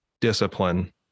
discipline